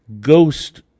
ghost